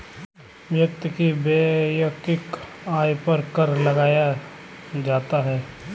व्यक्ति के वैयक्तिक आय पर कर लगाया जाता है